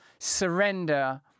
Surrender